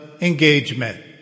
engagement